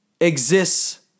exists